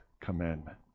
commandment